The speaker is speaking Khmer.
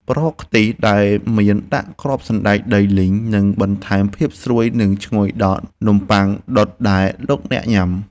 ប្រហុកខ្ទិះដែលមានដាក់គ្រាប់សណ្តែកដីលីងនឹងបន្ថែមភាពស្រួយនិងឈ្ងុយដល់នំប៉័ងដុតដែលលោកអ្នកញ៉ាំ។